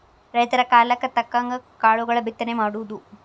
ರೈತರ ಕಾಲಕ್ಕ ತಕ್ಕಂಗ ಕಾಳುಗಳ ಬಿತ್ತನೆ ಮಾಡುದು